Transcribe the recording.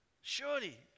Surely